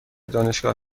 دانشگاه